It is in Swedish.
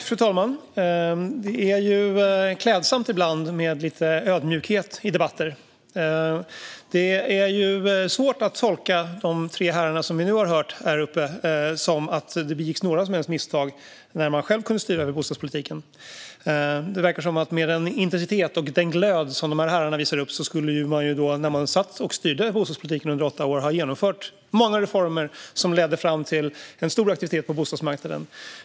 Fru talman! Det är klädsamt med lite ödmjukhet ibland i debatter. Det är svårt att tolka de tre herrar som vi nu har hört som att det begicks några som helst misstag när de själva kunde styra över bostadspolitiken. Det verkar som att med den intensitet och den glöd som dessa herrar visar upp skulle man, när man styrde bostadspolitiken under åtta år, ha genomfört många reformer som ledde fram till en stor aktivitet på bostadsmarknaden.